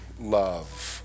love